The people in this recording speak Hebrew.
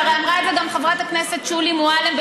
ואמרה את זה גם חברת הכנסת שולי מועלם,